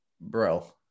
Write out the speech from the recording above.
bro